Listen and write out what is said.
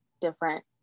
different